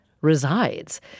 resides